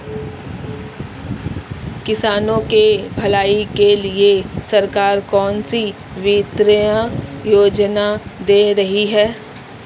किसानों की भलाई के लिए सरकार कौनसी वित्तीय योजना दे रही है?